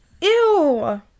ew